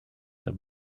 der